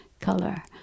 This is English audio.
color